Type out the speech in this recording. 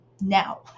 now